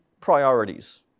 priorities